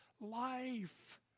life